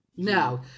No